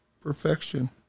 Perfection